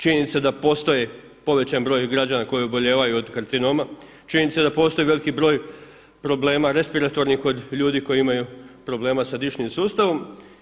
Činjenica da postoji povećan broj građana koji obolijevaju od karcinoma, činjenica je da postoji veliki broj problema respiratornih kod ljudi koji imaju problema sa dišnim sustavom.